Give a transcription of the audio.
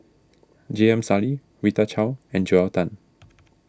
J M Sali Rita Chao and Joel Tan